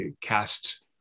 cast